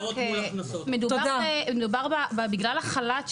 בגלל החל"ת,